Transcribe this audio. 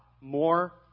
more